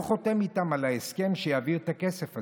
חותם איתם על ההסכם שיעביר את הכסף הזה.